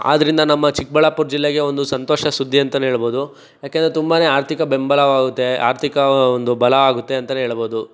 ಆದ್ದರಿಂದ ನಮ್ಮ ಚಿಕ್ಕಬಳ್ಳಾಪುರ ಜಿಲ್ಲೆಗೆ ಒಂದು ಸಂತೋಷದ ಸುದ್ದಿ ಅಂತಲೇ ಹೇಳಬಹುದು ಯಾಕೆಂದರೆ ತುಂಬನೇ ಆರ್ಥಿಕ ಬೆಂಬಲವಾಗುತ್ತೆ ಆರ್ಥಿಕ ಒಂದು ಬಲ ಆಗುತ್ತೆ ಅಂತಲೇ ಹೇಳಬಹುದು